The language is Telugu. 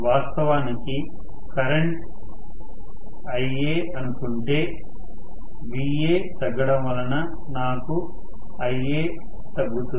వాస్తవానికి కరెంట్ Ia అనుకుంటే Va తగ్గడం వలన నాకు Ia తగ్గుతుంది